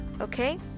okay